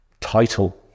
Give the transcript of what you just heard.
Title